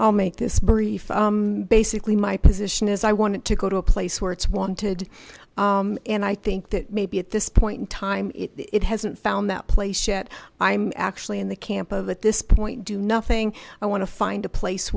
all make this brief basically my position is i want to go to a place where it's wanted and i think that maybe at this point in time it hasn't found that place yet i'm actually in the camp of at this point do nothing i want to find a place